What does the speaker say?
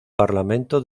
parlamento